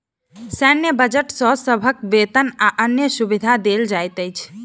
सैन्य बजट सॅ सभक वेतन आ अन्य सुविधा देल जाइत अछि